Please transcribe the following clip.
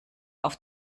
auf